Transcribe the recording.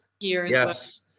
yes